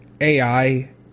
ai